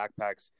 backpacks